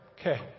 okay